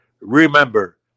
remember